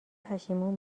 پشیمون